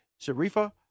Sharifa